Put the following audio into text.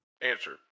Answer